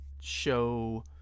show